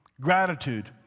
Gratitude